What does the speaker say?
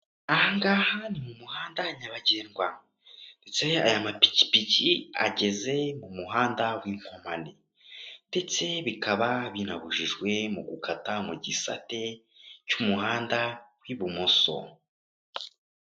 Aha ngaha ni mu muhanda nyabagendwa, ndetse aya mapikipiki ageze mu muhanda w'inkomane, ndetse bikaba binabujijwe mu gukata mu gisate cy'umuhanda w'ibumoso.